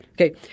Okay